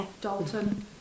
Dalton